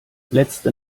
letzte